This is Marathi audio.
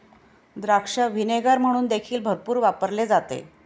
द्राक्ष व्हिनेगर म्हणून देखील भरपूर वापरले जाते